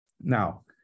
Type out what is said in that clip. Now